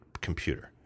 computer